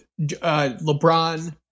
LeBron